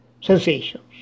sensations